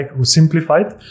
simplified